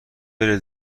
بره